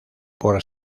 por